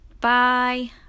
Bye